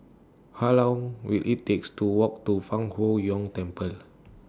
How Long Will IT takes to Walk to Fang Huo Yuan Temple